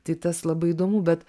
tai tas labai įdomu bet